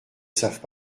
savent